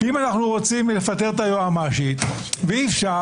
אם אנחנו רוצים לפטר את היועמ"שית ואי-אפשר,